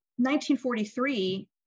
1943